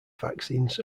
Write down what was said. vaccines